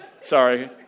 Sorry